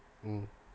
mm